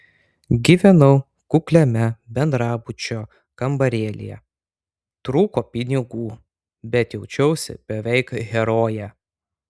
gyvenau kukliame bendrabučio kambarėlyje trūko pinigų bet jaučiausi beveik heroje